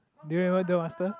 do you remember Duel-Master